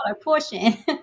portion